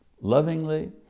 lovingly